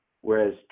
whereas